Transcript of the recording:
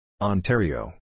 Ontario